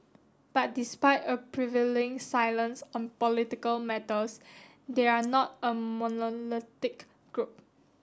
but despite a prevailing silence on political matters they are not a monolithic group